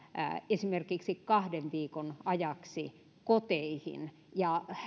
esimerkiksi kahden viikon ajaksi koteihin ja